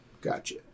Gotcha